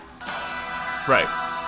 Right